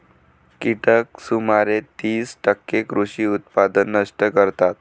कीटक सुमारे तीस टक्के कृषी उत्पादन नष्ट करतात